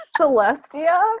celestia